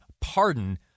pardon